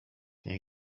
nie